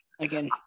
Again